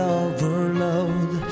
overload